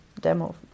demo